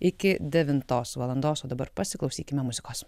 iki devintos valandos o dabar pasiklausykime muzikos